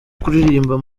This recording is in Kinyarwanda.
kuririmba